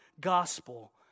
gospel